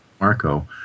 Marco